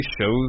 shows